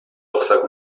rucksack